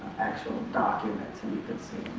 actual documents and you can see